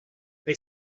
they